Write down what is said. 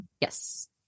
Yes